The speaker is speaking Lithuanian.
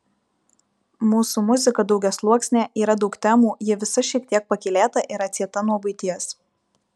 mūsų muzika daugiasluoksnė yra daug temų ji visa šiek tiek pakylėta ir atsieta nuo buities